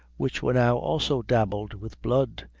which were now also dabbled with blood.